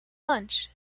lunch